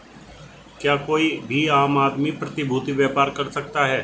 क्या कोई भी आम आदमी प्रतिभूती व्यापार कर सकता है?